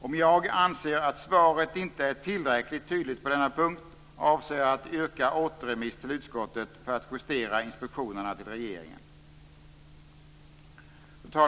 Om jag anser att svaret inte är tillräckligt tydligt på denna punkt avser jag att yrka återremiss till utskottet, för att justera instruktionerna till regeringen.